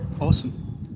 awesome